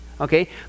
Okay